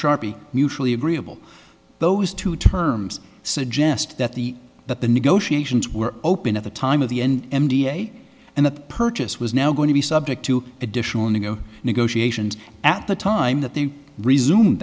sharpie mutually agreeable those two terms suggest that the that the negotiations were open at the time of the end n d a and the purchase was now going to be subject to additional negotiations at the time that they resume